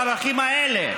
בערכים האלה.